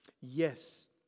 yes